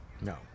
No